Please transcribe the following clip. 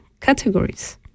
categories